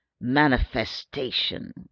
manifestation